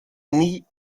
nie